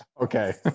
Okay